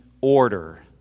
order